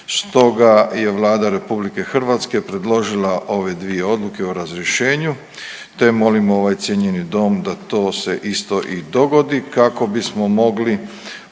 stoga je Vlada RH predložila ove dvije odluke o razrješenju, te molim ovaj cijenjeni dom da to se isto i dogodi kako bismo mogli